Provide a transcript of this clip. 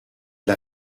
l’a